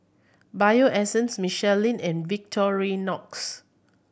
Bio Essence Michelin and Victorinox